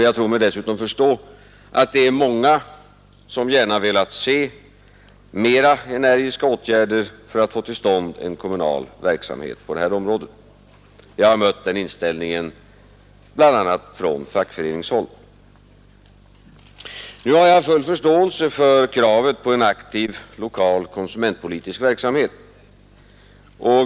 Jag tror mig förstå att många gärna velat se ett mera energiskt handlande för att få till stånd åtgärder på detta område. Jag har mött den inställningen bl.a. från fackföreningshåll. Jag har full förståelse för kravet på en aktiv lokal konsumentpolitisk verksamhet.